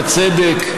ובצדק: